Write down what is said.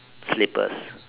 slippers